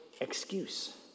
excuse